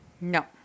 no